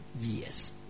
years